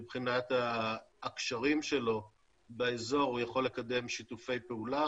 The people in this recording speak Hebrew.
מבחינת הקשרים שלו באזור הוא יכול לקדם שיתופי פעולה